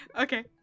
Okay